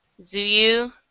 Zuyu